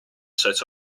set